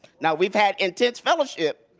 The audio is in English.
now we've had intense fellowship,